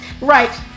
Right